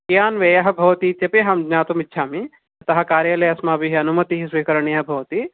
कियान् व्ययः भवति इत्यपि अहं ज्ञातुमिच्छामि यतः कार्यालये अस्माभिः अनुमतिः स्वीकरणीया भवति